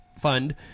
fund